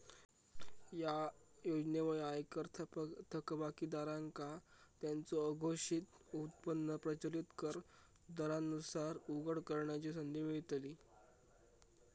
या योजनेमुळे आयकर थकबाकीदारांका त्यांचो अघोषित उत्पन्न प्रचलित कर दरांनुसार उघड करण्याची संधी मिळतली